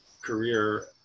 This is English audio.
career